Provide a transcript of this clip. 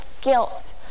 guilt